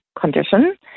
condition